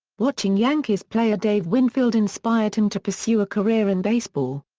watching yankees player dave winfield inspired him to pursue a career in baseball.